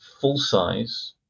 full-size